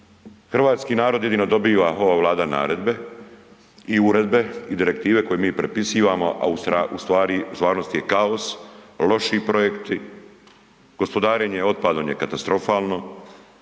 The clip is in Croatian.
hrvatski narod jedino dobiva, ova Vlade naredbe i uredbe i direktive koje mi prepisivamo a u stvarnosti je kaos, loši projekti, gospodarenje otpadom je katastrofalno,